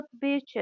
beaches